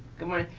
good morning,